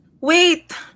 wait